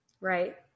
Right